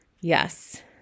Yes